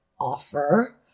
offer